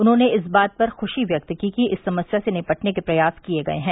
उन्होंने इस बात पर खुशी व्यक्त कि इस समस्या से निपटने के प्रयास किए गये हैं